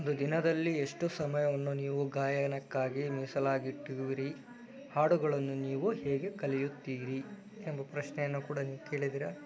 ಒಂದು ದಿನದಲ್ಲಿ ಎಷ್ಟು ಸಮಯವನ್ನು ನೀವು ಗಾಯನಕ್ಕಾಗಿ ಮೀಸಲಾಗಿಟ್ಟಿರುವಿರಿ ಹಾಡುಗಳನ್ನು ನೀವು ಹೇಗೆ ಕಲಿಯುತ್ತೀರಿ ಎಂಬ ಪ್ರಶ್ನೆಯನ್ನು ಕೂಡ ನೀವು ಕೇಳಿದ್ದೀರ